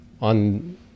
on